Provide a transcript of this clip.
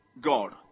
god